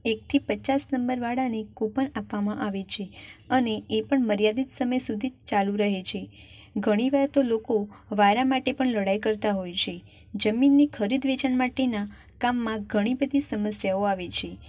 એકથી પચાસ નંબરવાળાને કુપન આપવામાં આવે છે અને એ પણ માર્યાદિત સમય સુધી જ ચાલુ રહે છે ઘણી વાર તો લોકો વારા માટે પણ લડાઈ કરતા હોય છે જમીનની ખરીદ વેચાણ માટેના કામમાં ઘણી બધી સમસ્યાઓ આવે છે